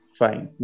fine